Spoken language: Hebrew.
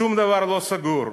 שום דבר לא סגור.